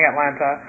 Atlanta